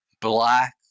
Black